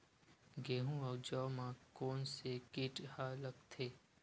गेहूं अउ जौ मा कोन से कीट हा लगथे?